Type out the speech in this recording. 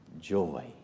joy